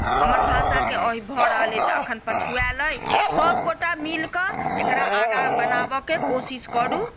हमर भाषाके अइ भऽ रहल अइ तऽ एखन पछुआएल अइ सभगोटए मिलि कऽ एकरा आगाँ बनाबयके कोशिश करू